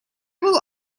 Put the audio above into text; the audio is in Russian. был